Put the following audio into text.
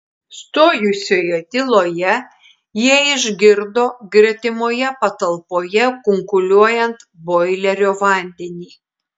stojusioje tyloje jie išgirdo gretimoje patalpoje kunkuliuojant boilerio vandenį